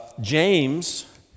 James